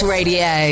Radio